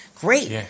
Great